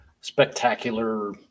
spectacular